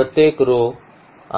तर प्रत्येक row